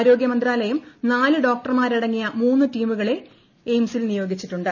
ആരോഗ്യമന്ത്രാലയം നാല് ഡോക്ടർമാരടങ്ങിയ മൂന്ന് ടീമുകളെ എയിംസിൽ നിയോഗിച്ചിട്ടുണ്ട്